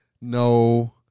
No